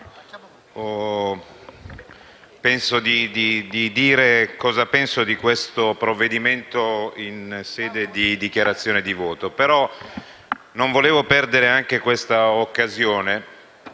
Presidente, dirò cosa penso di questo provvedimento in sede di dichiarazione di voto. Non volevo però perdere anche questa occasione